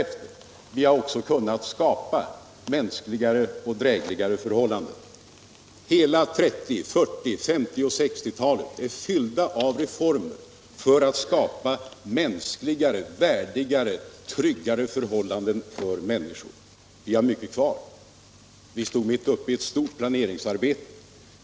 1930-, 1940-, 1950-, 1960 och 1970-talen är fyllda av reformer för att skapa mänskligare, värdigare och tryggare förhållanden för människor. Men vi har mycket kvar. Vi stod mitt uppe i ett stort planeringsarbete.